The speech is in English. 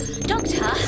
Doctor